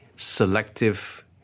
Selective